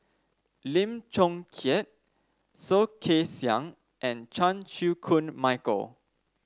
Lim Chong Keat Soh Kay Siang and Chan Chew Koon Michael